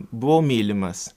buvau mylimas